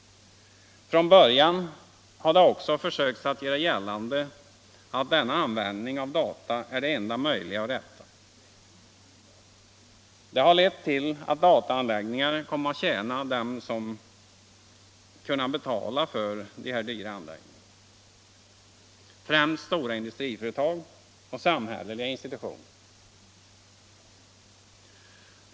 Från början har man också försökt göra gällande att denna användning av data är den enda möjliga och rätta. Det har lett till att datatekniken kommit att tjäna dem som kunnat betala för dessa dyra anläggningar, främst stora industriföretag och samhälleliga institutioner.